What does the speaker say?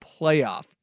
playoff